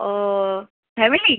ও family